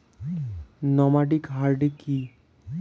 Nomadic hardy কি?